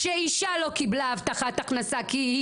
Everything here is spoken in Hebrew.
כשאישה לא קיבלה הבטחת הכנסה כי היא